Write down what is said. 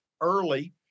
early